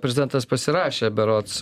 prezidentas pasirašė berods